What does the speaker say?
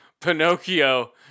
Pinocchio